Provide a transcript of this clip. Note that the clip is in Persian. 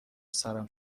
سرم